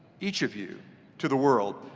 each of you to the world.